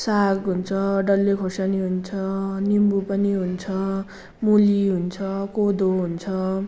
साग हुन्छ डल्ले खोर्सानी हुन्छ निम्बु पनि हुन्छ मुली हुन्छ कोदो हुन्छ